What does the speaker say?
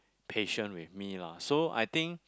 patient with me lah so I think